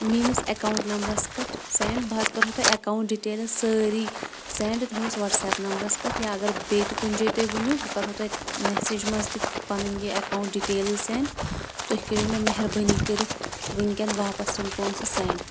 میٲنِس اکاونٹ نمبرس پٮ۪ٹھ سینڈ بہٕ حظ کرہو تۄہہِ ایکاونٹ ڈیٹیلٕز سٲری سینڈ تُہنٛدس وٹس ایپ نمبرس پٮ۪ٹھ یا اگر بیٚیہِ تہِ کُنہِ جایہِ تُہۍ ؤنیو بہٕ کرہو تۄہہِ میسیج منٛز تہِ پنٕنۍ یہِ اکاونٹ ڈیٹیلز سینڈ تُہۍ کٔرِو مےٚ مہربٲنی کٔرتھ ؤنکٮ۪ن واپس یِم پونٛسہٕ سینڈ